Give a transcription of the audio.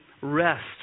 rest